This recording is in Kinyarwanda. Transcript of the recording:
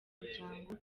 muryango